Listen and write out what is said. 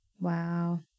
Wow